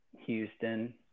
Houston